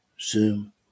Zoom